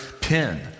pin